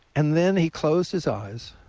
and then he closed his eyes,